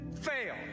fail